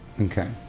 Okay